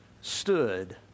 stood